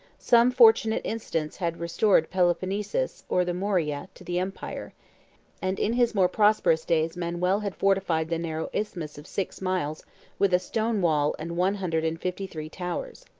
some fortunate incidents had restored peloponnesus, or the morea, to the empire and in his more prosperous days, manuel had fortified the narrow isthmus of six miles with a stone wall and one hundred and fifty-three towers.